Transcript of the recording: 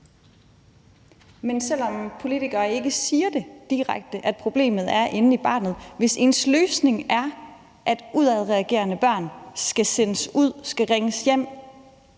være, at politikere ikke siger det direkte, at problemet er inde i barnet. Hvis ens løsning er, at udadreagerende børn skal sendes ud og skal ringes hjem,